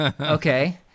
okay